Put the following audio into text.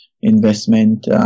Investment